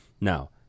Now